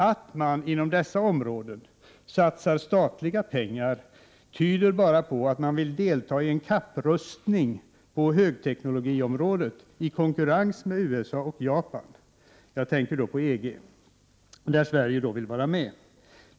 Att man inom dessa områden satsar statliga pengar tyder bara på att man vill delta i en kapprustning på högteknologiområdet i konkurrens med USA och Japan, jag tänker då på EG där Sverige vill vara med.